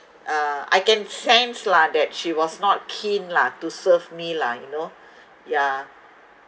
uh I can sense lah that she was not keen lah to serve me lah you know yeah